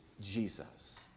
Jesus